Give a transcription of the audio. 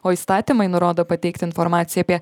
o įstatymai nurodo pateikti informaciją apie